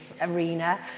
arena